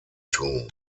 tun